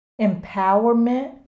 empowerment